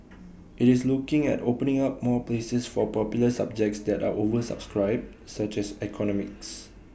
IT is looking at opening up more places for popular subjects that are oversubscribed such as economics